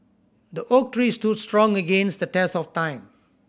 the oak tree stood strong against the test of time